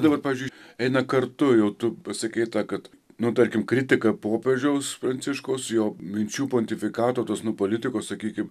dabar pavyzdžiui eina kartu jau tu pasakei tą kad nu tarkim kritika popiežiaus pranciškaus jo minčių pontifikato tos politikos sakykim